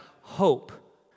hope